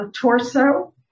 torso